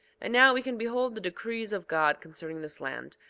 and now, we can behold the decrees of god concerning this land,